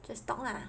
just talk lah